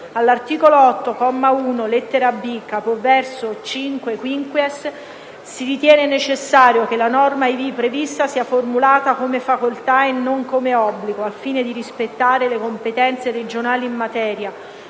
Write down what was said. all'articolo 8, comma 1, lettera *b)*, capoverso "5-*quinquies*", si ritiene necessario che la norma ivi prevista sia formulata come facoltà, e non come obbligo, al fine di rispettare le competenze regionali in materia,